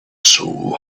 soul